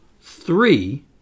three